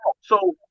So-